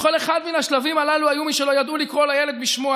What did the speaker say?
בכל אחד מן השלבים הללו היו מי שלא ידעו לקרוא לילד בשמו,